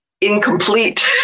incomplete